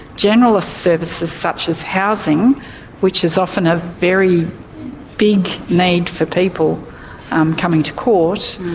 generalist services such as housing which is often a very big need for people coming to court.